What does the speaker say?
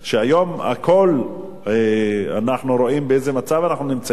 היום אנחנו רואים באיזה מצב אנחנו נמצאים,